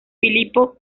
filipo